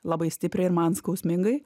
labai stipriai ir man skausmingai